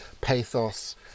pathos